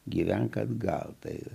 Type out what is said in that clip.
gyvenk atgal tai